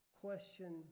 question